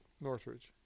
Northridge